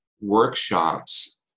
workshops